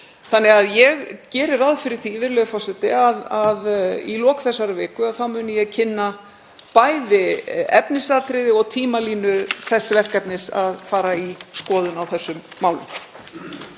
til. Ég geri ráð fyrir því, virðulegur forseti, að í lok þessarar viku muni ég kynna bæði efnisatriði og tímalínu þess verkefnis að fara í skoðun á þessum málum.